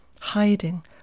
Hiding